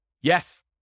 Yes